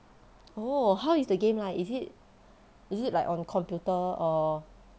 oh how is the game like is it is it like on computer or